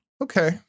Okay